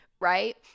Right